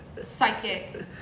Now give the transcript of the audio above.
psychic